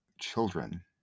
children